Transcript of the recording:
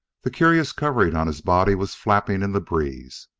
the curious covering on his body was flapping in the breeze.